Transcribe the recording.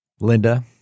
Linda